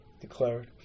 declared